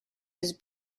his